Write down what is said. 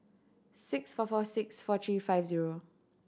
six four four six four three five zero